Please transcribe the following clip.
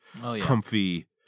comfy